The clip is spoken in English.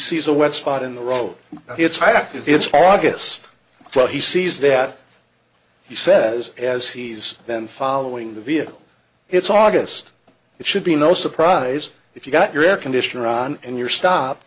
sees a wet spot in the road gets hijacked if it's august so he sees that he says as he's been following the vehicle it's august it should be no surprise if you've got your air conditioner on and you're stop